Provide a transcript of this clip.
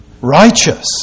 righteous